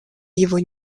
его